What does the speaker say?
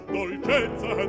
dolcezza